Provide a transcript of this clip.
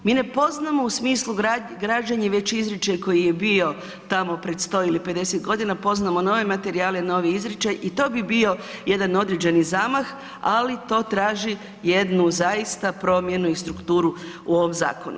Mi ne poznamo u smislu građenja već izričaj koji je bio tamo pred 100 ili 50 godina, poznamo nove materijale, novi izričaj i to bi bio jedan određeni zamah, ali to traži jednu zaista promjenu i strukturu u ovom zakonu.